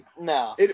No